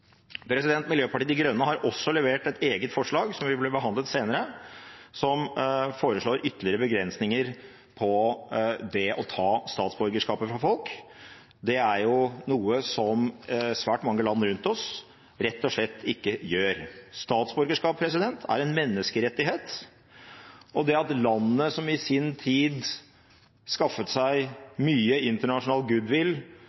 Miljøpartiet De Grønne har også levert et eget representantforslag som vil bli behandlet senere, som foreslår ytterligere begrensninger på det å ta statsborgerskapet fra folk. Det er jo noe som svært mange land rundt oss rett og slett ikke gjør. Statsborgerskap er en menneskerettighet, og det at landet som i sin tid skaffet